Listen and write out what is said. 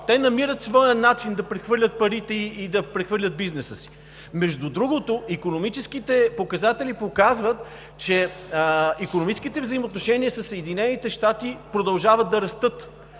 Те намират своя начин да прехвърлят парите и да прехвърлят бизнеса си. Икономическите показатели показват, че икономическите взаимоотношения със Съединените щати продължават да растат,